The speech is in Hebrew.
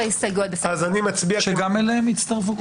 גם אליהן הצטרפו כולם?